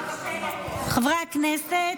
חברי הכנסת,